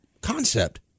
concept